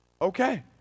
Okay